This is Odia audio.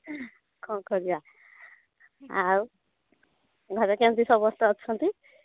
କ'ଣ କରିବା ଆଉ ଘରେ କେମିତି ସମସ୍ତେ ଅଛନ୍ତି